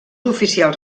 oficials